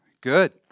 good